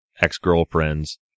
ex-girlfriends